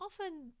often